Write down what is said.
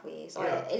ya